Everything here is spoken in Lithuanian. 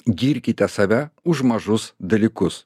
girkite save už mažus dalykus